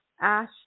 ash